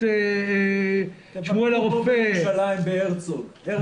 שמואל הרופא --- בהרצוג,